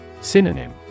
Synonym